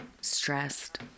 stressed